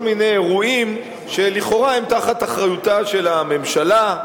מיני אירועים שלכאורה הם באחריותה של הממשלה,